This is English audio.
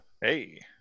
Hey